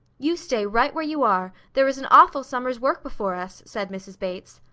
you stay right where you are. there is an awful summer's work before us, said mrs. bates.